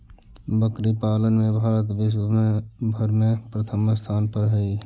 बकरी पालन में भारत विश्व भर में प्रथम स्थान पर हई